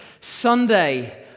Sunday